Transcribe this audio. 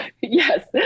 Yes